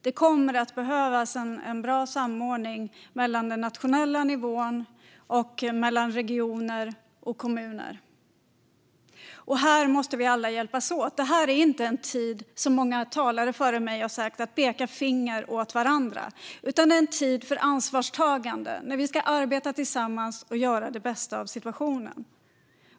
Det kommer att behövas en bra samordning mellan den nationella nivån, regioner och kommuner. Vi måste alla hjälpas åt. Det är inte tid att peka finger åt varandra, vilket många talare före mig har tagit upp, utan det är en tid för ansvarstagande. Vi ska arbeta tillsammans och göra det bästa av situationen.